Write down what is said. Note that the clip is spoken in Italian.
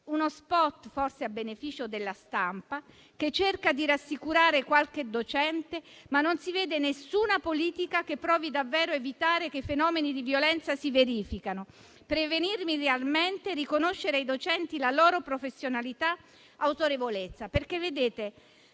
uno *spot*, forse a beneficio della stampa, che cerca di rassicurare qualche docente, ma non si vede nessuna politica che provi davvero a evitare che i fenomeni di violenza si verifichino, a prevenirli realmente, a riconoscere ai docenti la loro professionalità e autorevolezza. La